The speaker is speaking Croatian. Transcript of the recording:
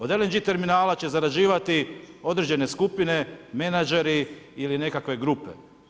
Od LNG terminala će zarađivati određene skupne, menadžeri ili nekakve grupe.